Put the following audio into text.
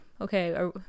okay